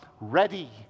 ready